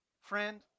Friend